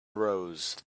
rose